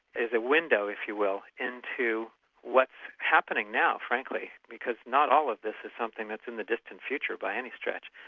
is a window, if you will, into what's happening now, frankly because not all of this is something that's in the distant future by any stretch.